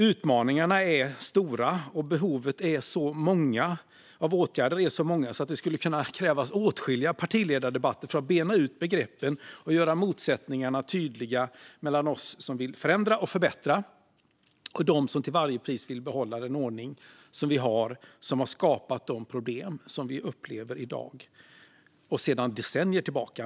Utmaningarna är så stora och behoven så många att det krävs åtskilliga partiledardebatter för att bena ut begreppen och göra motsättningarna tydliga mellan oss som vill förändra och förbättra och dem som till varje pris vill behålla den ordning som redan finns och som har skapat de problem som finns i dag och sedan decennier tillbaka.